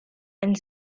and